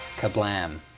kablam